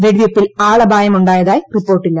വെടിവെയ്പ്പിൽ ആളപായമുണ്ടായതായി റിപ്പോർട്ടില്ല